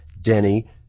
Denny